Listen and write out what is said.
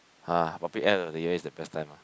!huh! probably end of the year is the best time ah